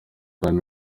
kandi